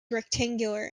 rectangular